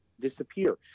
disappear